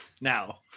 now